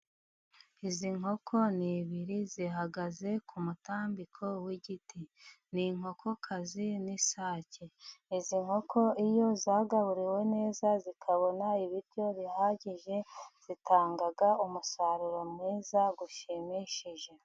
Izi nkoko n'ebyiri zihagaze ku mutambiko w'igiti. Ni inkokokazi n'isake. Izi nkoko iyo zagaburiwe neza zikabona ibiryo bihagije, zitanga umusaruro mwiza ushimishije.